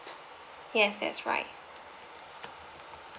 yes that's right